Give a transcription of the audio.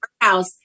house